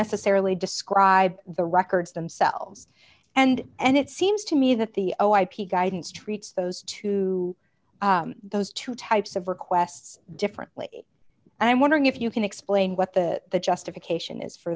necessarily describe the records themselves and and it seems to me that the o ip guidance treats those two those two types of requests differently and i'm wondering if you can explain what the justification